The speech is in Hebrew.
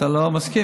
אתה לא מסכים,